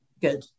good